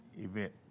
event